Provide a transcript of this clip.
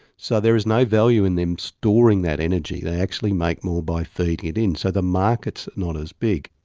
so there is no value in them storing that energy, they actually make more by feeding it in. so the market's not as big.